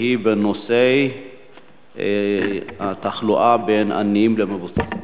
שהיא בנושא פערים בתחלואה בין עניים למבוססים.